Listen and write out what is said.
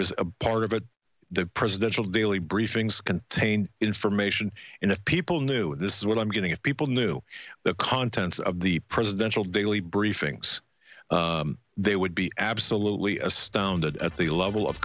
was a part of the presidential daily briefings contain information in a people knew this is what i'm getting of people knew the contents of the presidential daily briefings they would be absolutely astounded at the level of